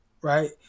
right